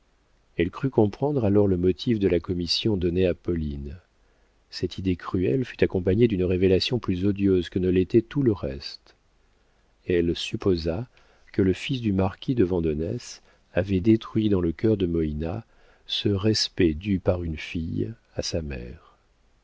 elle crut comprendre alors le motif de la commission donnée à pauline cette idée cruelle fut accompagnée d'une révélation plus odieuse que ne l'était tout le reste elle supposa que le fils du marquis de vandenesse avait détruit dans le cœur de moïna ce respect dû par une fille à sa mère